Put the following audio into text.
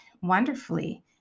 wonderfully